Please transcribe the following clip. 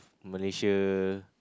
Malaysia